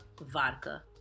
vodka